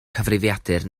cyfrifiadur